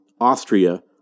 Austria